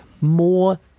more